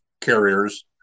carriers